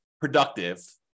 productive